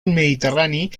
mediterrani